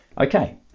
Okay